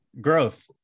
growth